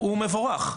מבורך.